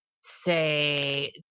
say